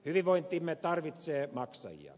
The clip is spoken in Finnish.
hyvinvointimme tarvitsee maksajia